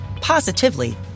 positively